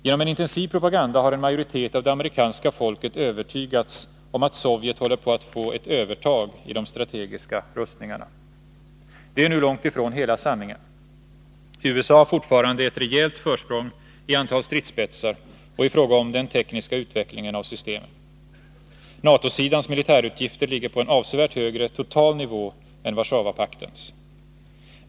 Genom en intensiv propaganda har en majoritet av det amerikanska folket övertygats om att Sovjet håller på att få ett övertag i de strategiska rustningarna. Det är nu långt ifrån hela sanningen. USA har fortfarande ett rejält försprång i antal stridsspetsar och i fråga om den tekniska utvecklingen av systemen. NATO-sidans militärutgifter ligger på en avsevärt högre total nivå än Warszawapaktens.